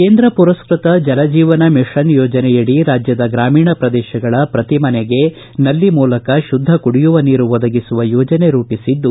ಕೇಂದ್ರ ಪುರಸ್ತತ ಜಲಜೀವನ ಮಿಷನ್ ಯೋಜನೆಯಡಿ ರಾಜ್ಯದ ಗಾಮೀಣ ಪ್ರದೇಶಗಳ ಪ್ರತಿ ಮನೆಮನೆಗೆ ನಲ್ಲಿ ಮೂಲಕ ಶುದ್ಧ ಕುಡಿಯುವ ನೀರು ಒದಗಿಸುವ ಯೋಜನೆ ರೂಪಿಸಿದ್ದು